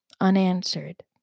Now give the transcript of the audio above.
unanswered